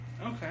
Okay